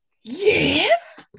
Yes